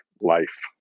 Life